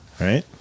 Right